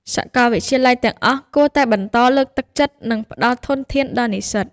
សាកលវិទ្យាល័យទាំងអស់គួរតែបន្តលើកទឹកចិត្ត និងផ្តល់ធនធានដល់និស្សិត។